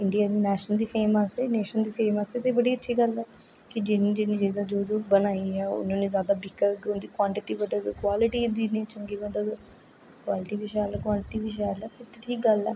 इंडियां दी नेशन दी फेम असें नेशन दी फेम आस्तै ते बड़ी अच्छी गल्ल ऐ कि जिन्नी चीजां बना दियां उन्नी उन्नी ज्यादा बिकग उंदी कवालिटी बधग कवाल्टी इन्नी चंगी बधग क्वालिटी बी शैल ते ठीक गल्ल ऐ और